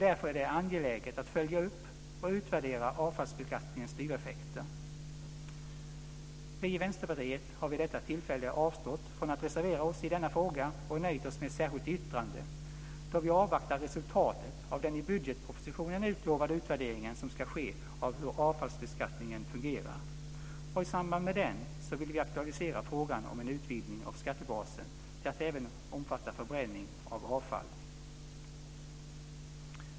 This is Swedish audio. Därför är det angeläget att följa upp och utvärdera avfallsbeskattningens styreffekter. Vi i Vänsterpartiet har avstått från att reservera oss i denna fråga och nöjt oss med ett särskilt yttrande, då vi avvaktar resultatet av den i budgetpropositionen utlovade utvärdering som ska ske av hur avfallsbeskattningen fungerar. I samband med den vill vi aktualisera frågan om en utvidgning av skattebasen till att även omfatta förbränning av avfall.